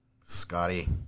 Scotty